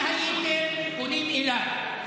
אם הייתם פונים אליי,